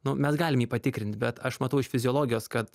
nu mes galim jį patikrint bet aš matau iš fiziologijos kad